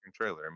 trailer